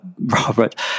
Robert